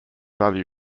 value